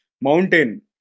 mountain